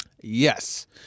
Yes